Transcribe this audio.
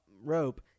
rope